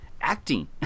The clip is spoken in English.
acting